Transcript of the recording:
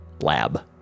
lab